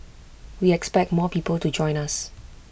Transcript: we expect more people to join us